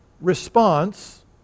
response